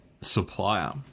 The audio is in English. supplier